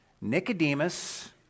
Nicodemus